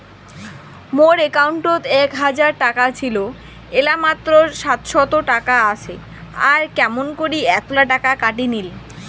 মোর একাউন্টত এক হাজার টাকা ছিল এলা মাত্র সাতশত টাকা আসে আর কেমন করি এতলা টাকা কাটি নিল?